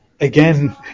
Again